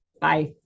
Bye